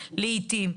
היום מתקיים דיון,